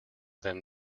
than